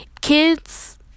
kids